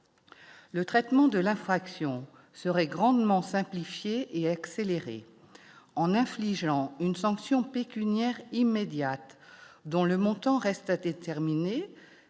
le traitement de l'infraction serait grandement simplifiée et accélérée en infligeant une sanction pécuniaire immédiate dont le montant reste à déterminer